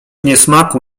niesmaku